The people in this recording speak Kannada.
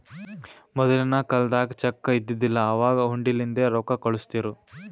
ಮೊದಲಿನ ಕಾಲ್ದಾಗ ಚೆಕ್ ಇದ್ದಿದಿಲ್ಲ, ಅವಾಗ್ ಹುಂಡಿಲಿಂದೇ ರೊಕ್ಕಾ ಕಳುಸ್ತಿರು